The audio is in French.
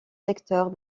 secteurs